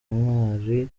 ntwari